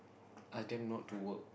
ask them not to work